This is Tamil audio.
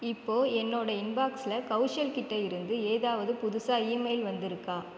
இப்போது என்னோட இன்பாக்ஸில் கௌஷல் கிட்டே இருந்து ஏதாவது புதுசாக ஈமெயில் வந்திருக்கா